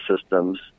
systems